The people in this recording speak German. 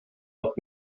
noch